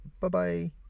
bye-bye